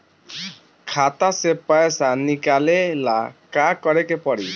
खाता से पैसा निकाले ला का करे के पड़ी?